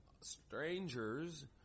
strangers